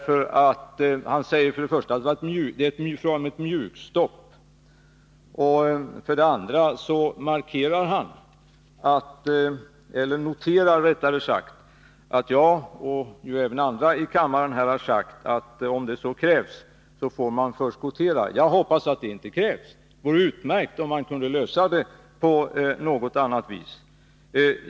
För det första säger han att det är fråga om ett mjukstopp. För det andra noterar han att jag och även andra i kammaren har sagt att man, om så krävs, får förskottera. Jag hoppas att det inte krävs. Det vore utmärkt om det hela kunde lösas på något annat vis.